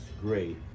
great